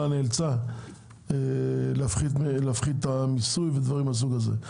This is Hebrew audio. נאלצה להפחית את המיסוי ודברים מהסוג הזה.